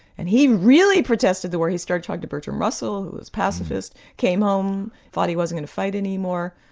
and he really protested the war, he started talking to bertrand russell who was pacifist, came home, thought he wasn't going to fight any more,